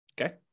okay